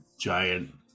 giant